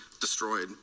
destroyed